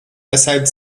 weshalb